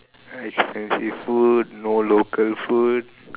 expensive food no local food